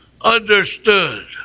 understood